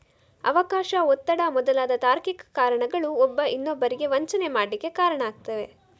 ಅವಕಾಶ, ಒತ್ತಡ ಮೊದಲಾದ ತಾರ್ಕಿಕ ಕಾರಣಗಳು ಒಬ್ಬ ಇನ್ನೊಬ್ಬರಿಗೆ ವಂಚನೆ ಮಾಡ್ಲಿಕ್ಕೆ ಕಾರಣ ಆಗ್ತವೆ